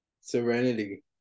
serenity